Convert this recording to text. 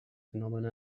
phenomena